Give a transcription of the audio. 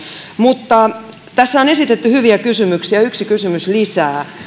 mutta tässä on esitetty hyviä kysymyksiä yksi kysymys lisää